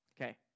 Okay